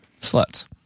sluts